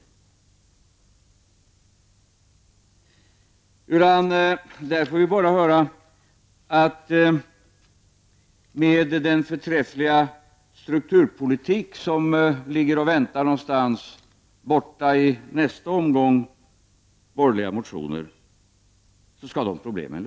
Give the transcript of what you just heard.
Hittills har svaret varit att dessa problem skall lösas med den förträffliga strukturpolitik som ligger och väntar någonstans långt borta när det blir dags för nästa omgång borgerliga motioner. Herr talman!